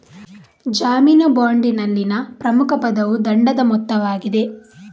ಜಾಮೀನು ಬಾಂಡಿನಲ್ಲಿನ ಪ್ರಮುಖ ಪದವು ದಂಡದ ಮೊತ್ತವಾಗಿದೆ